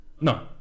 No